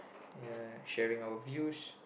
and sharing our views